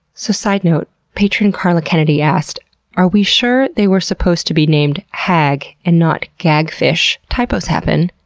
so side note patron carla kennedy asked are we sure they were supposed to be named hag and not gag fish? typos happen.